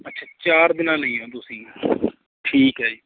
ਅੱਛਾ ਚਾਰ ਦਿਨਾਂ ਲਈ ਹੋ ਤੁਸੀਂ ਠੀਕ ਹੈ ਜੀ